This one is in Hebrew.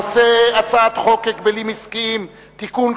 הנושא: הצעת חוק ההגבלים העסקיים (תיקון,